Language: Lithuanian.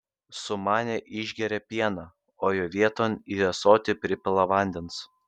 sumanę išgeria pieną o jo vieton į ąsotį pripila vandens